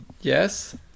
Yes